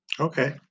Okay